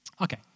Okay